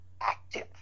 active